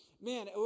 Man